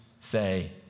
say